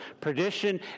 perdition